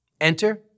Enter